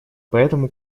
поэтому